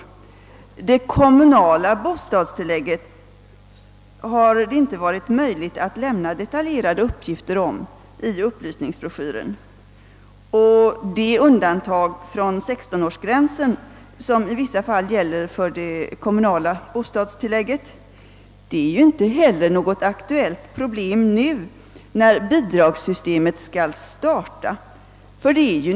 Beträffande det kommunala bostadstillägget har det inte varit möjligt att lämna detaljerade uppgifter i upplysningsbroschyren, och de undantag från 16-årsgränsen, som i vissa fall gäller för det kommunala bostadstillägget, är ju inte heller något aktuellt problem just nu när bidragssystemet skall starta.